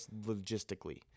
logistically